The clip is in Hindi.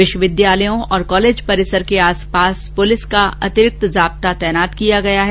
विश्वविद्यालयों और कॉलेज परिसर के आस पास पुलिस का अतिरिक्त जाब्ता तैनात किया गया है